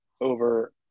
over